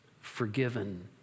forgiven